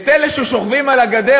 את אלה ששוכבים על הגדר,